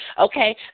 okay